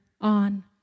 on